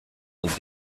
und